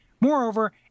Moreover